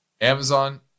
Amazon